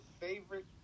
favorite